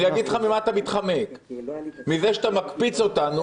אני אגיד לך ממה אתה מתחמק מזה שאתה מקפיץ אותנו.